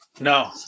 No